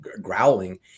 growling